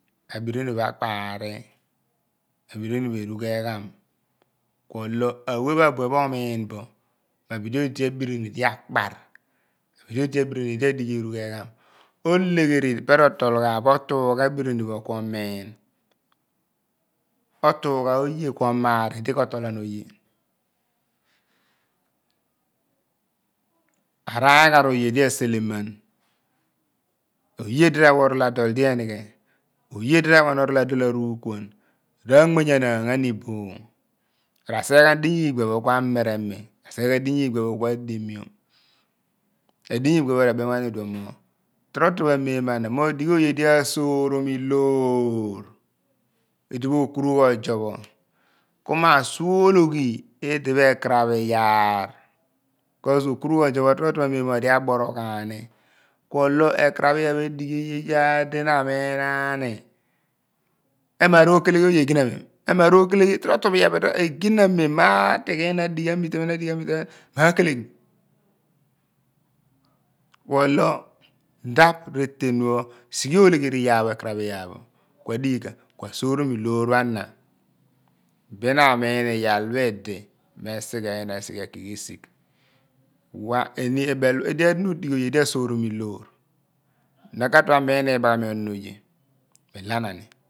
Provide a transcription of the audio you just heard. Abirini akpari abirini erughegham ku olowaepha buepho omiibo abidi odi abirini d akpar bidi odi abirini d ndghi eru egham otuugha abirinipho ku omiin otuu-gha oye ku omar id kololan oye araghara oye d seleman oye d rawa oral adol de enighe oye d awa orul adol arukuan anmaghaniol ohan rasighe ghan dinya kua meremum resighe ghan dima igbia kua diamiom diny igbia pho re bemaghaan dion mo ommo mem ena modighe oyedi asuromi loor idopho okrughosu pho su ologhi phe ekraphi yaar okru ghozu pho omapha memo aboroghani ku olo ekraphi iyaar mar oke leghi we eginamemo makele ina amite ephen akeleghi ina amite ephen ku olo ilaph awestion pho sighe orlegheri yaar ekraphi yaar pho ekraphi iyaar mo namiin eyal phide me seghe yina ekimo risigh edighi iyaar na udi. oye aasuror loor naka tue amim ibahami onon oye